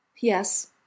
yes